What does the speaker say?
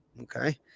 Okay